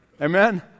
Amen